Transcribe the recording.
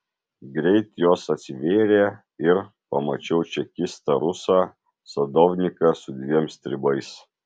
greit jos atsivėrė ir pamačiau čekistą rusą sadovniką su dviem stribais